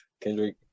Kendrick